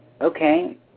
Okay